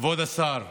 כבוד השר,